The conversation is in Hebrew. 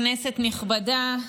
כנסת נכבדה,